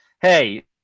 Hey